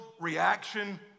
reaction